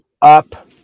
up